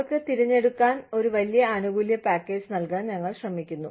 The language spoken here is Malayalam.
അവർക്ക് തിരഞ്ഞെടുക്കാൻ ഒരു വലിയ ആനുകൂല്യ പാക്കേജ് നൽകാൻ ഞങ്ങൾ ശ്രമിക്കുന്നു